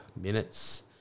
minutes